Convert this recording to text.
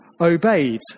obeyed